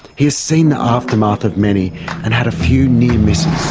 he has seen the aftermath of many and had a few near misses.